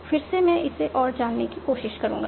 फिर से मैं इसे और जानने की कोशिश करूंगा